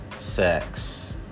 sex